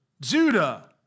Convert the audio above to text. Judah